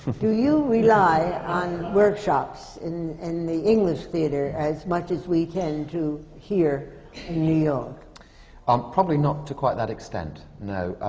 do you rely on workshops in in the english theatre as much as we tend to here in new york? um probably not to quite that extent, no.